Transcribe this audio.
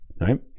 right